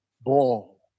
Ball